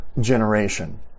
generation